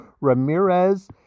Ramirez